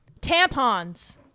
Tampons